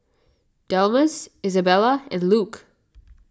Delmas Isabella and Luke